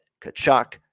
Kachuk